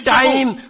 time